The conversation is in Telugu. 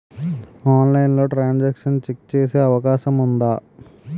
ఆన్లైన్లో ట్రాన్ సాంక్షన్ చెక్ చేసే అవకాశం ఉందా?